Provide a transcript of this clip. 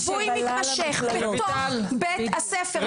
ליווי מתמשך בתוך בית הספר,